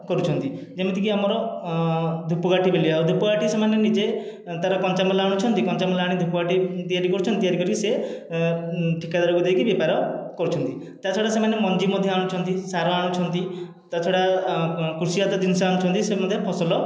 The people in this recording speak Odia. କରୁଛନ୍ତି ଯେମିତିକି ଆମର ଧୂପକାଠି ବେଲିବା ଆଉ ଧୂପକାଠି ସେମାନେ ନିଜେ ତାର କଞ୍ଚାମାଲ ଆଣୁଛନ୍ତି କଞ୍ଚାମାଲ ଆଣି ଧୂପକାଠି ତିଆରି କରୁଛନ୍ତି ତିଆରି କରି ସେ ଠିକାଦାରକୁ ଦେଇକି ବେପାର କରୁଛନ୍ତି ତାଛଡ଼ା ସେମାନେ ମଞ୍ଜି ମଧ୍ୟ ଆଣୁଛନ୍ତି ସାର ଆଣୁଛନ୍ତି ତା' ଛଡ଼ା କୃଷି ଜାତୀୟ ଜିନିଷ ଆଣୁଛନ୍ତି ସେ ମଧ୍ୟ ଫସଲ